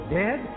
dead